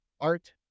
Art